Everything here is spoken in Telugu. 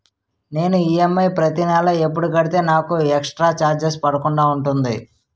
నేను ఈ.ఎం.ఐ ప్రతి నెల ఎపుడు కడితే నాకు ఎక్స్ స్త్ర చార్జెస్ పడకుండా ఉంటుంది?